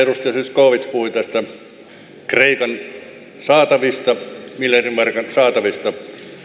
edustaja zyskowicz puhui kreikan saatavista miljardin markan saatavista